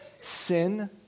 sin